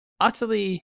utterly